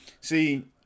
See